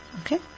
Okay